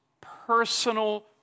personal